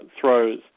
throws